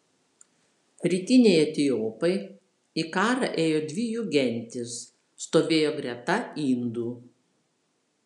rytiniai etiopai į karą ėjo dvi jų gentys stovėjo greta indų